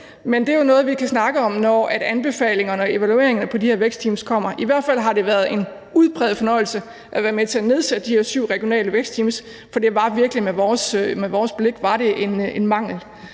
Men det er jo noget, vi kan snakke om, når anbefalingerne og evalueringerne af de her vækstteams kommer. I hvert fald har det været en udpræget fornøjelse at være med til at nedsætte de her syv regionale vækstteams, for med vores blik afhjalp det en mangel.